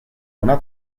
una